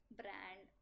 brand